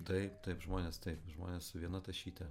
taip taip žmonės taip žmonės su viena tašyte